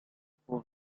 pole